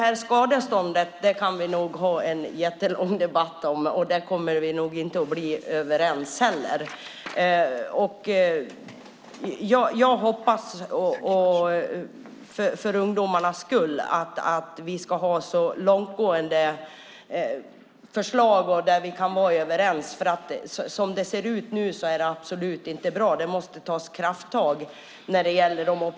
Vi kan säkert föra en jättelång debatt om skadeståndet, och där kommer vi nog inte heller att bli överens. Jag hoppas för ungdomarnas skull att vi ska ha långtgående förslag där vi kan vara överens. Som det ser ut nu är det absolut inte bra. Det måste tas krafttag när det gäller detta.